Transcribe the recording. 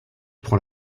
prend